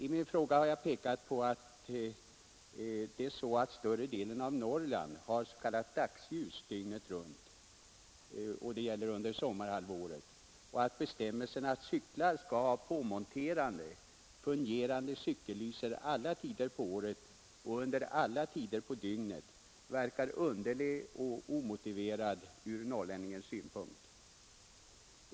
I min fråga har jag pekat på att större delen av Norrland har s.k. dagsljus dygnet runt under sommarhalvåret och att bestämmelsen att cyklar skall ha påmonterade, fungerande cykellysen alla tider på året och under alla tider på dygnet verkar underlig och omotiverad från norrlänningens synpunkt.